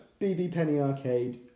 bbpennyarcade